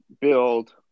build